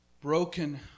broken